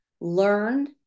learned